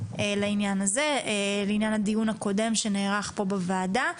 זה לעניין הדיון הקודם שנערך פה בוועדה,